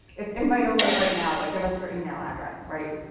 it's invite only right now. but give us your email address. right